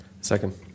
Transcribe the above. Second